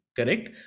Correct